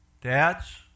Dads